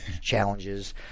challenges